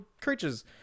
creatures